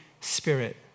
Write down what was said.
Spirit